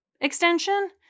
extension